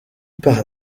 par